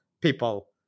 people